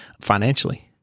financially